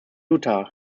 utah